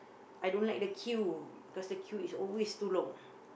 I don't like the queue cause the queue is always too long